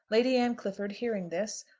lady anne clifford hearing this,